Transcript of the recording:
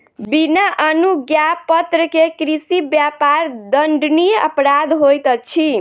बिना अनुज्ञापत्र के कृषि व्यापार दंडनीय अपराध होइत अछि